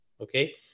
okay